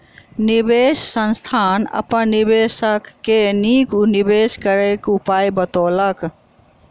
निवेश संस्थान अपन निवेशक के नीक निवेश करय क उपाय बतौलक